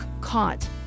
Caught